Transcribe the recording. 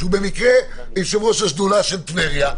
כשהוא במקרה יושב-ראש השדולה של טבריה,